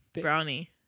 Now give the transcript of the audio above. brownie